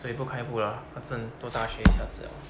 走一步看一步啦反正都大学一下子 liao